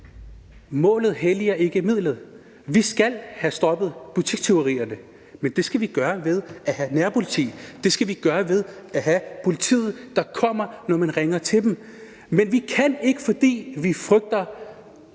Målet helliger ikke midlet! Vi skal have stoppet butikstyverierne, men det skal vi gøre ved at have nærpoliti. Det skal vi gøre ved at have et politi, der kommer, når man ringer til dem. Men vi kan ikke, fordi vi frygter